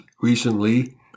recently